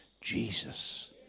Jesus